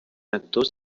actors